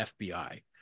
FBI